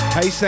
Hey